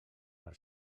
per